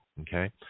Okay